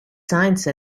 science